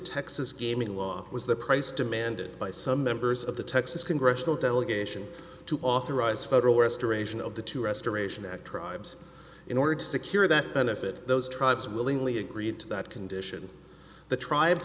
texas gaming law was the price demanded by some members of the texas congressional delegation to authorize federal restoration of the two restoration act tribes in order to secure that benefit those tribes willingly agreed to that condition the tribe